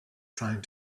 trying